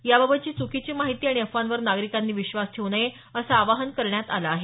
याबाबतची च्कीची माहिती आणि अफवांवर नागरिकांनी विश्वास ठेवू नये असं आवाहन करण्यात आलं आहे